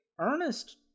Ernest